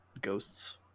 ghosts